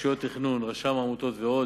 רשויות תכנון, רשם העמותות ועוד.